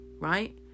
right